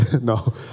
No